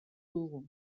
dugu